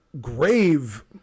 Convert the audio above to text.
grave